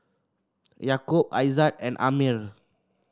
Yaakob Aizat and Ammir